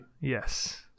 Yes